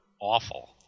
awful